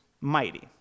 mighty